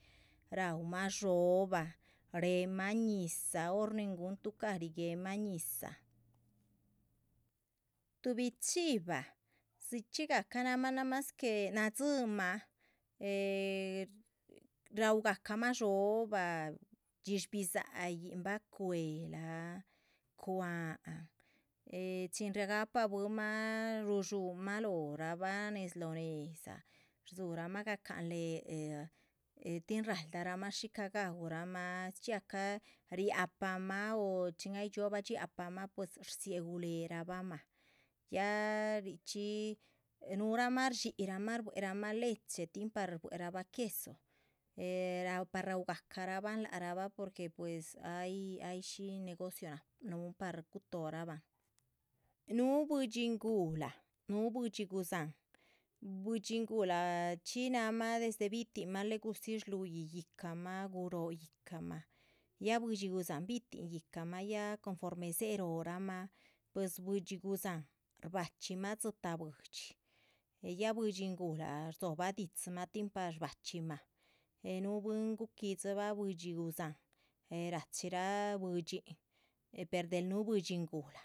Chiva. Tuhbi chiva zi’chi gaca na’xma nado’ma rahwgacama llooba’ dxihlli biza’h bacwehla cwa’n chin riahgahpa bwiinma rullu’h ma loh nehza rzuhrama gacanlee’ tin rahldaraama xicagahwma zi’chigaca ria’pama rielwloh lee’ rabama nuw’rahma rlli’hi rbwe’he rahna duuda tinparrbwe’he raba queso par rwa’hagacara’hba la’hraba ayilli’ rutoo’raba nuu’ bwihdxyi nguuhla. nuu’bwihdxyi nguuhla guzahn bwihdxyi nguuhla shin bi’tuhnma rwa’ha yihcama guro’o ya bwihdxyi chin rie’roo ma rbahchinma dzita bwihdxyi ya bwihdxyi nguuhla rzohba dihtsi ma tin parbahchima nuu bwiin guqui’dziiba bwihdxyi guzahn rdxi’chii bwihdxyi’hn per delh nuu bwihdxyi nguuhla.